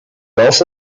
also